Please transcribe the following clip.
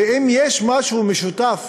אם יש משהו משותף